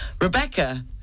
Rebecca